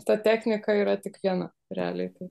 ta technika yra tik viena realiai tai